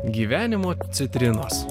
gyvenimo citrinos